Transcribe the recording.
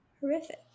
horrific